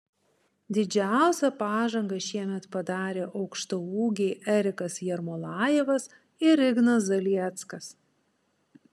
didžiausią pažangą šiemet padarė aukštaūgiai erikas jermolajevas ir ignas zalieckas